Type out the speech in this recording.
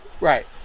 Right